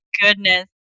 goodness